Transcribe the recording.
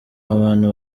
abantu